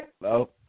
Hello